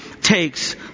takes